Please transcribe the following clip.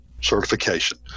certification